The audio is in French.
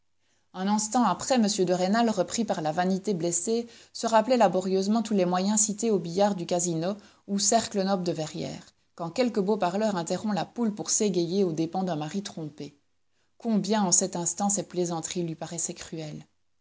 un instant après m de rênal repris par la vanité blessée se rappelait laborieusement tous les moyens cités au billard du casino ou cercle noble de verrières quand quelque beau parleur interrompt la poule pour s'égayer aux dépens d'un mari trompé combien en cet instant ces plaisanteries lui paraissaient cruelles